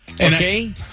Okay